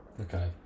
Okay